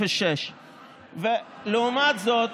0.6%. לעומת זאת,